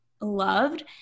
loved